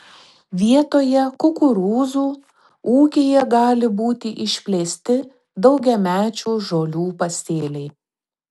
vietoje kukurūzų ūkyje gali būti išplėsti daugiamečių žolių pasėliai